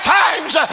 times